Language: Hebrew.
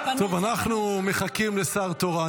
--- טוב, אנחנו מחכים לשר תורן.